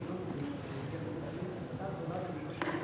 אדוני היושב-ראש,